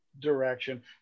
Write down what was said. direction